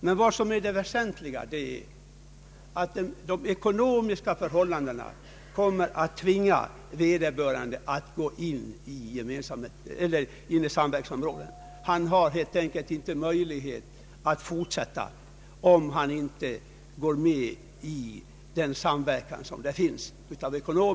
Men det väsentliga är att de ekonomiska förhållandena kommer att tvinga vederbörande att gå in i samverkansområdet. Han har helt enkelt av ekonomiska skäl inte möjlighet att fortsätta, om han inte går med i samverkansföretaget.